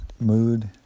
mood